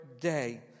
day